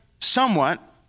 somewhat